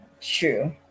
True